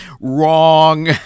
Wrong